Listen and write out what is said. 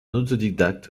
autodidacte